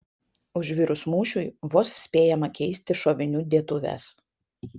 užvirus mūšiui vos spėjama keisti šovinių dėtuves